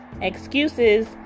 Excuses